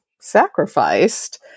sacrificed